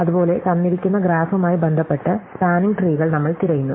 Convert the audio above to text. അതുപോലെ തന്നിരിക്കുന്ന ഗ്രാഫുമായി ബന്ധപ്പെട്ട് സ്പാന്നിംഗ് ട്രീകൾ നമ്മൾ തിരയുന്നു